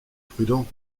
prudent